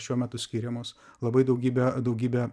šiuo metu skiriamos labai daugybę daugybę